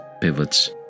pivots